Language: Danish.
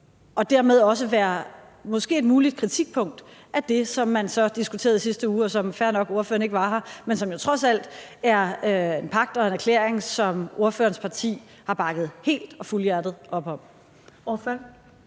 og dermed måske også være et muligt kritikpunkt af det, som man så diskuterede i sidste uge, og som, fair nok, ordføreren ikke var her til, men som jo trods alt er en pagt og en erklæring, som ordførerens parti har bakket helt og fuldhjertet op om.